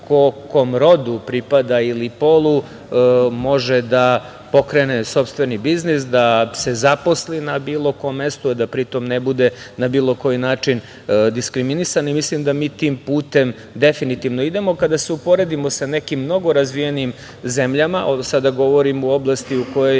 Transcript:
kom rodu pripada ili polu može da pokrene sopstveni biznis, da se zaposli na bilo kom mestu, a da pri tom ne bude na bilo koji način diskriminisan. Mislim da mi tim putem definitivno idemo. Kada se uporedim sa nekim mnogom razvijenim zemljama, sada govorim u oblasti u kojoj